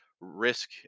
risk